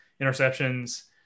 interceptions